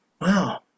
wow